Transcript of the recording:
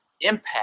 impact